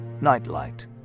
Nightlight